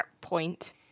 point